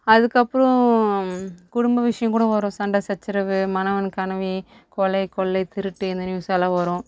அதுக்கப்புறோம் குடும்ப விஷயோங்கூட வரும் சண்டை சச்சரவு மனவன் கனவி கொலை கொள்ளை திருட்டு இந்த நியூஸ்சாலாம் வரும்